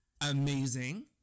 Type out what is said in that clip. Amazing